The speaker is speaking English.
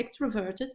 extroverted